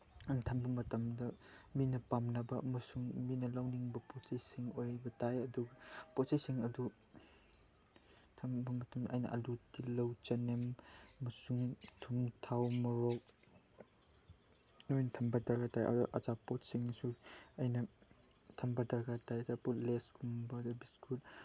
ꯊꯝꯕ ꯃꯇꯝꯗ ꯃꯤꯅ ꯄꯥꯝꯅꯕ ꯑꯃꯁꯨꯡ ꯃꯤꯅ ꯂꯧꯅꯤꯡꯕ ꯄꯣꯠ ꯆꯩꯁꯤꯡ ꯑꯣꯏꯕ ꯇꯥꯏ ꯑꯗꯨꯒ ꯄꯣꯠ ꯆꯩꯁꯤꯡ ꯑꯗꯨ ꯊꯝꯕ ꯃꯇꯝꯗ ꯑꯩꯅ ꯑꯥꯜꯂꯨ ꯇꯤꯜꯂꯧ ꯆꯅꯝ ꯑꯃꯁꯨꯡ ꯊꯨꯝ ꯊꯥꯎ ꯃꯣꯔꯣꯛ ꯂꯣꯏꯅ ꯊꯝꯕ ꯗꯔꯀꯥꯔ ꯇꯥꯏ ꯑꯆꯥꯄꯣꯠꯁꯤꯡꯁꯨ ꯑꯩꯅ ꯊꯝꯕ ꯗꯔꯀꯥꯔ ꯇꯥꯏ ꯑꯆꯥꯄꯣꯠ ꯂꯦꯁꯀꯨꯝꯕ ꯕꯤꯁꯀꯨꯠ